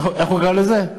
איך הוא קרא לזה?